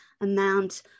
amount